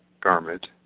garment